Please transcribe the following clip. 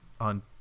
on